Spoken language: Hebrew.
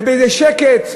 ובאיזה שקט,